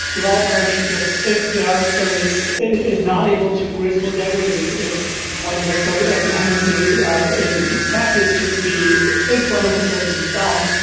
developers should just if they are service is not able to graceful degradates if one of the sort of dependency is expected to be if one of the service is down,